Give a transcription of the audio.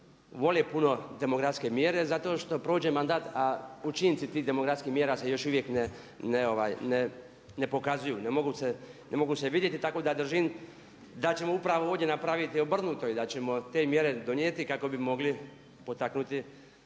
vole puno demografske mjere zato što prođe mandat a učinci tih demografskih mjera se još uvijek ne pokazuju, ne mogu se vidjeti. Tako da držim da ćemo upravo ovdje napraviti obrnuto i da ćemo te mjere donijeti kako bi mogli potaknuti